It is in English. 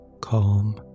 Calm